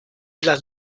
las